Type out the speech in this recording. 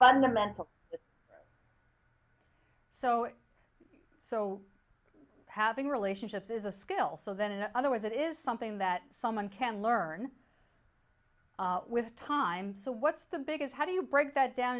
fundamental so so having relationships is a skill so then in other words it is something that someone can learn with time so what's the biggest how do you break that down